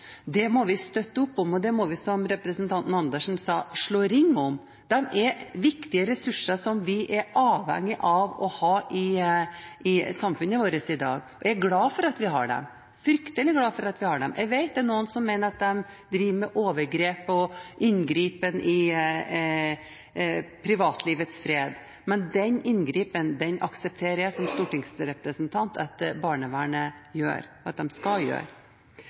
rollen må vi støtte opp om, og den må vi, som representanten Andersen sa, slå ring om. Barnevernet er en viktig ressurs som vi er avhengige av å ha i samfunnet vårt i dag. Jeg er fryktelig glad for at vi har dem. Jeg vet at det er noen som mener at de driver med overgrep og inngripen i privatlivets fred, men den inngripenen aksepterer jeg som stortingsrepresentant at barnevernet gjør – at de skal gjøre.